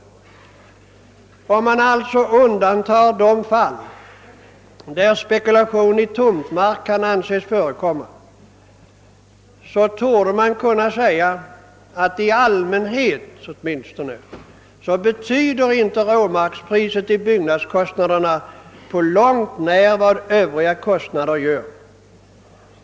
Om man alltså undantar de fall, där spekulation i tomtmark kan anses förekomma, torde man kunna säga att i allmänhet råmarkspriset inte betyder för byggkostnaderna på långt när så mycket som övriga kostnader.